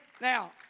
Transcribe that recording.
now